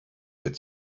had